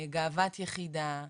גאוות יחידה,